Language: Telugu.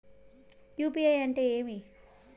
యు.పి.ఐ అంటే ఏమి?